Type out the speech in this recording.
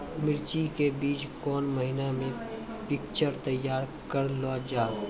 मिर्ची के बीज कौन महीना मे पिक्चर तैयार करऽ लो जा?